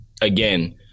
again